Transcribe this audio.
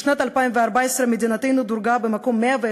בשנת 2014 מדינתנו דורגה במקום 101